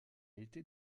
été